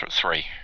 three